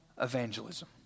evangelism